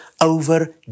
over